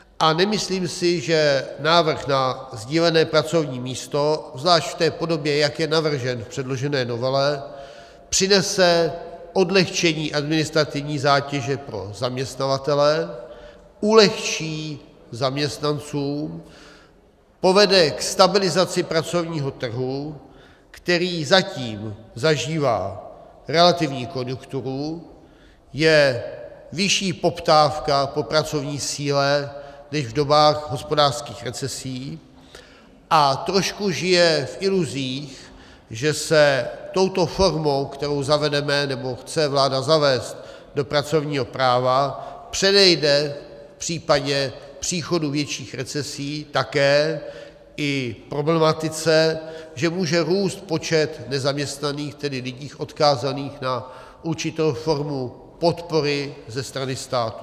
A nemyslím si, že návrh na sdílené pracovní místo, zvlášť v té podobě, jak je navržen v předložené novele, přinese odlehčení administrativní zátěže pro zaměstnavatele, ulehčí zaměstnancům, povede k stabilizaci pracovního trhu, který zatím zažívá relativní konjunkturu, je vyšší poptávka po pracovní síle než v dobách hospodářských recesí, a trošku žije v iluzích, že se touto formou, kterou zavedeme, nebo chce vláda zavést do pracovního práva, předejde v případě příchodu větších recesí také i problematice, že může růst počet nezaměstnaných, tedy lidí odkázaných na určitou formu podpory ze strany státu.